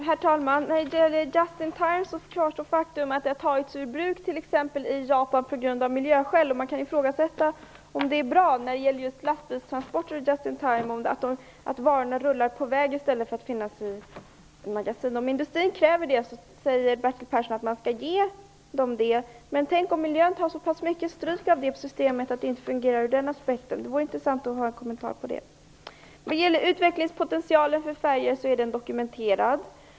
Herr talman! Faktum kvarstår: Just-in-time har tagits ur bruk på grund av miljöskäl i t.ex. Japan. Man kan ifrågasätta om det är bra med lastbilstransporter och just-in-time och att varorna rullar på väg i stället för att finnas i magasin. Bertil Persson säger att om industrin kräver det skall man också ge dem det. Men tänk om miljön tar så pass mycket stryk av det systemet att det inte fungerar ur den aspekten! Det vore intressant att få en kommentar på det. Utvecklingspotentialen för färjor är dokumenterad.